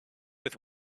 with